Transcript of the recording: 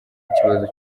ikibazo